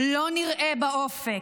לא נראה באופק.